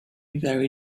very